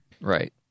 Right